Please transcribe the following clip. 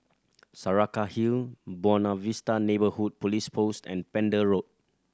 Saraca Hill Buona Vista Neighbourhood Police Post and Pender Road